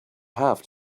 have